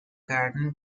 garden